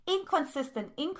inconsistent